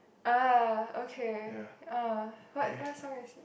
ah okay uh what what song is it